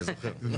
אני זוכר.